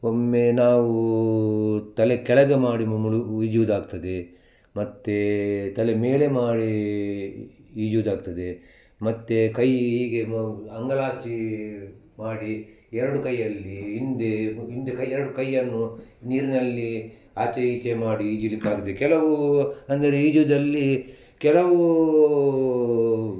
ಒಮ್ಮೆ ನಾವು ತಲೆ ಕೆಳಗೆ ಮಾಡಿ ಮು ಮುಳು ಈಜುವುದಾಗ್ತದೆ ಮತ್ತು ತಲೆ ಮೇಲೆ ಮಾಡಿ ಇಜುವುದಾಗ್ತದೆ ಮತ್ತು ಕೈ ಹೀಗೆ ಮ ಅಂಗಾಲಾಚಿ ಮಾಡಿ ಎರಡು ಕೈಯಲ್ಲಿ ಹಿಂದೇ ಮು ಹಿಂದೆ ಕೈ ಎರಡು ಕೈಯನ್ನೂ ನೀರಿನಲ್ಲಿ ಆಚೆ ಈಚೆ ಮಾಡಿ ಇಜಲಿಕ್ಕಾಗ್ದೆ ಕೆಲವು ಅಂದರೆ ಈಜುವುದರಲ್ಲಿ ಕೆಲವು